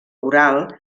oral